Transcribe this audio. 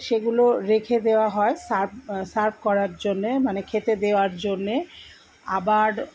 সেগুলো রেখে দেওয়া হয় সার্ভ সার্ভ করার জন্যে মানে খেতে দেওয়ার জন্যে আবার